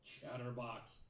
Chatterbox